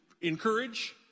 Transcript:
encourage